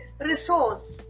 resource